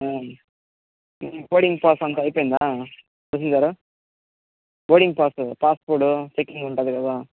నీ boarding pass అంతా అయిపోయిందా boarding pass passport checking ఉంటుంది కదా